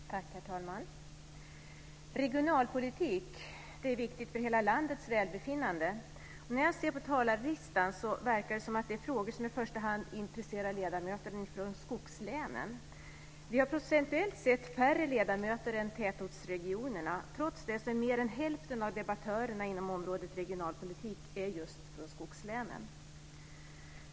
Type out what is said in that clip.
Herr talman! Regionalpolitik är viktigt för hela landets välbefinnande. När jag ser på talarlistan verkar det som om det är frågor som i första hand intresserar ledamöter från skogslänen. Vi har procentuellt sett färre ledamöter än tätortsregionerna, trots det är mer än hälften av debattörerna inom området regionalpolitik just från skogslänen.